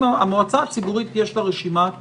למועצה הציבורית יש רשימת משימות,